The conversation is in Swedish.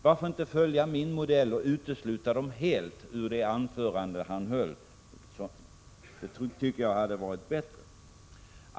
Varför följde han inte min modell och uteslöt dem helt ur det anförande som han höll? Det hade varit bättre.